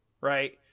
right